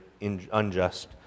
unjust